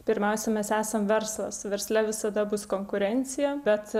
pirmiausia mes esam verslas versle visada bus konkurencija bet